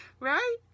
Right